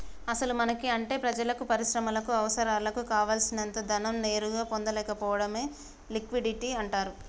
అసలు మనకి అంటే ప్రజలకు పరిశ్రమలకు అవసరాలకు కావాల్సినంత ధనం నేరుగా పొందలేకపోవడమే లిక్విడిటీ అంటారు